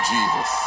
Jesus